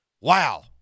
wow